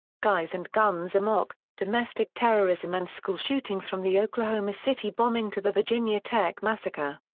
guys and guns amok domestic terrorism and school shootings from the oklahoma city bombing to the virginia tech massacre.